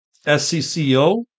SCCO